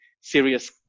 serious